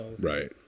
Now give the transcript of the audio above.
Right